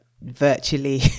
virtually